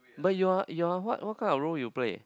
but you are you are what what kind of role you play